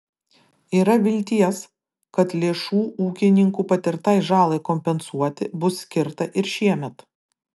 yra vilties kad lėšų ūkininkų patirtai žalai kompensuoti bus skirta ir šiemet